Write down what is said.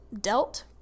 dealt